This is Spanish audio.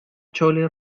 chole